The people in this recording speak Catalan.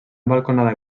balconada